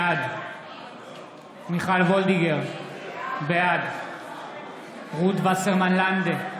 בעד מיכל וולדיגר, בעד רות וסרמן לנדה,